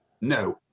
No